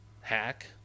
Hack